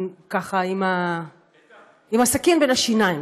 עם הסכין בין השיניים,